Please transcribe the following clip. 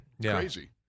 Crazy